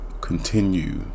continue